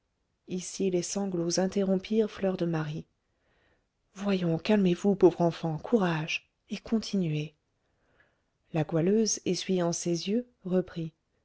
ici les sanglots interrompirent fleur de marie voyons calmez-vous pauvre enfant courage et continuez la goualeuse essuyant ses yeux reprit